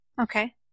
Okay